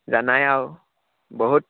জানাই আৰু বহুত